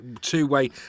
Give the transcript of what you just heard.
two-way